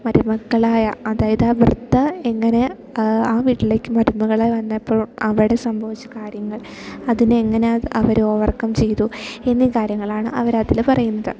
മരുമക്കളായ അതായത് ആ വൃദ്ധ എങ്ങനെ ആ വീട്ടിലേക്ക് മരുമകളായി വന്നപ്പോൾ അവിടെ സംഭവിച്ച കാര്യങ്ങൾ അതിനെ എങ്ങനെ അവർ ഓവർകം ചെയ്തു എന്നീ കാര്യങ്ങളാണ് അവർ അതിൽ പറയുന്നത്